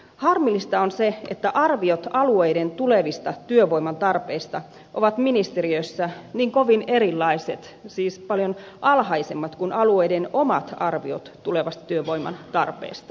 harmillista on se että arviot alueiden tulevista työvoiman tarpeista ovat ministeriössä niin kovin erilaiset siis paljon alhaisemmat kuin alueiden omat arviot tulevasta työvoiman tarpeesta